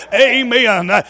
amen